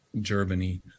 Germany